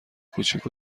کوچیک